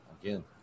again